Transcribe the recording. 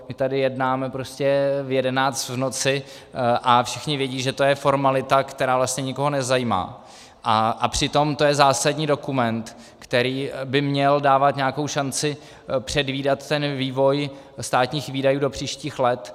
My tady jednáme prostě v 11 v noci a všichni vědí, že to je formalita, která vlastně nikoho nezajímá, a přitom to je zásadní dokument, který by měl dávat nějakou šanci předvídat ten vývoj státních výdajů do příštích let.